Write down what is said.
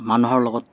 মানুহৰ লগত